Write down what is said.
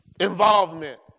involvement